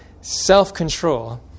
self-control